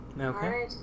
Okay